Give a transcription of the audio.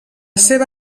seva